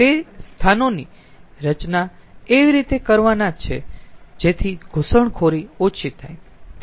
તે સ્થાનોની રચના એવી રીતે કરવાના છે કે જેથી ઘૂસણખોરી ઓછી થાય